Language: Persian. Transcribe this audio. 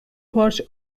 پارچ